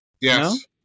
Yes